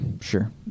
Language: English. Sure